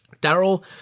Daryl